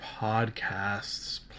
podcasts